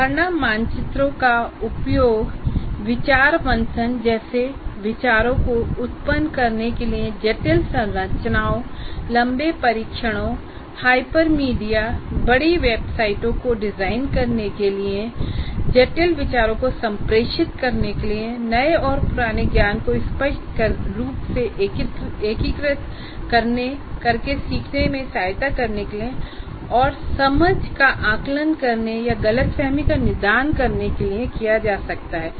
अवधारणा मानचित्रों का उपयोग विचार मंथन जैसे विचारों को उत्पन्न करने के लिए जटिल संरचनाओं लंबे परीक्षणों हाइपरमीडिया बड़ी वेबसाइटों को डिजाइन करने के लिए जटिल विचारों को संप्रेषित करने के लिए नए और पुराने ज्ञान को स्पष्ट रूप से एकीकृत करके सीखने में सहायता करने के लिए और समझ का आकलन करने या गलतफहमी का निदान करने के लिए किया जा सकता है